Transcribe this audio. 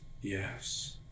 yes